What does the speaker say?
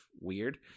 weird